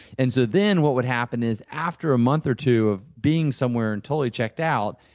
and so then what would happen is, after a month or two of being somewhere and totally checked out,